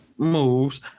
Moves